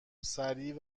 سریع